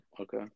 Okay